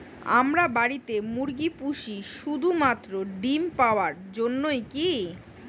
আমরা বাড়িতে মুরগি পুষি শুধু মাত্র ডিম পাওয়ার জন্যই কী?